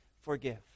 forgive